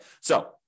So-